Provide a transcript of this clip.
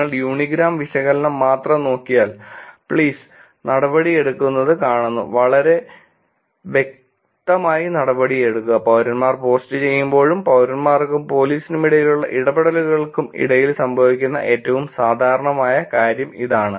നിങ്ങൾ യൂണിഗ്രാം വിശകലനം മാത്രം നോക്കിയാൽ "Please" നടപടിയെടുക്കുന്നത് കാണുന്നു വളരെ വ്യക്തമായി നടപടിയെടുക്കുക പൌരന്മാർ പോസ്റ്റുചെയ്യുമ്പോഴും പൌരന്മാർക്കും പോലീസിനുമിടയിലുള്ള ഇടപെടലുകൾക്കും ഇടയിൽ സംഭവിക്കുന്ന ഏറ്റവും സാധാരണമായ കാര്യം ഇതാണ്